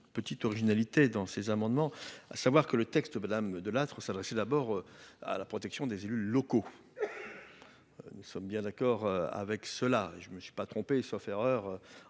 petite originalité dans ces amendements, à savoir que le texte madame De Lattre s'adresser d'abord à la protection des élus locaux, nous sommes bien d'accord avec cela et je me suis pas trompé, sauf erreur,